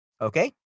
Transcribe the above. okay